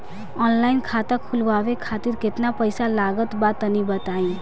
Online खाता खूलवावे खातिर केतना पईसा लागत बा तनि बताईं?